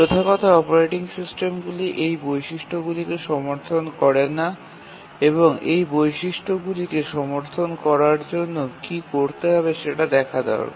প্রথাগত অপারেটিং সিস্টেমগুলি এই বৈশিষ্ট্যগুলিকে সমর্থন করে না এবং এই বৈশিষ্ট্যগুলিকে সমর্থন করার জন্য কী করতে হবে সেটা দেখা দরকার